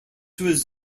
was